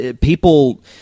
people